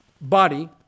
Body